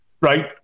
Right